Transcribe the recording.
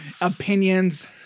opinions